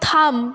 থাম